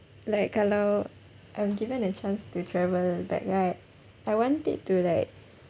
like kalau I'm given a chance to travel back right I want it to like